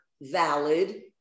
valid